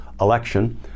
election